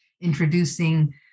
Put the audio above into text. introducing